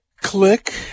Click